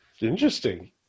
interesting